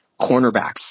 Cornerbacks